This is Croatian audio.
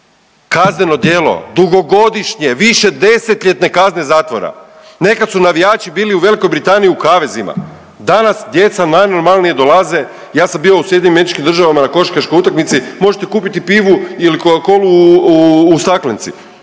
Kazneno djelo dugogodišnje više desetljetne kazne zatvora. Nekad su navijači bili u Velikoj Britaniji u kavezima, danas djeca najnormalnije dolaze, ja sam bio u SAD-u na košarkaškoj utakmici, možete kupiti pivu ili coca colu u staklenci.